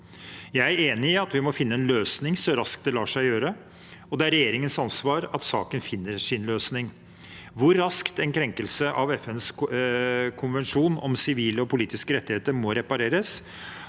Jeg er enig i at vi må finne en løsning så raskt det lar seg gjøre, og det er regjeringens ansvar at saken finner sin løsning. Hvor raskt en krenkelse av FNs konvensjon om sivile og politiske rettigheter må repareres,